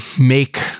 make